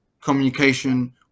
communication